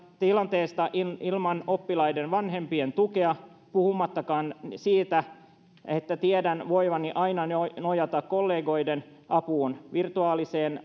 tilanteesta ilman oppilaiden vanhempien tukea puhumattakaan siitä että tiedän voivani aina nojata kollegoideni apuun virtuaaliseen